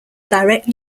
direct